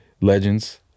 legends